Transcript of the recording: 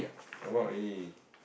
come out already